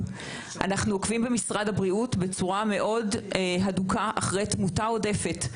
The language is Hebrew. אנחנו עוקבים במשרד הבריאות בצורה מאוד הדוקה אחרי תמותה עודפת,